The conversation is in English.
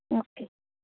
okay